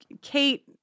Kate